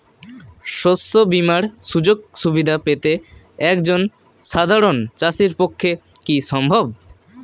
শস্য বীমার সুযোগ সুবিধা পেতে একজন সাধারন চাষির পক্ষে কি সম্ভব?